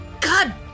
God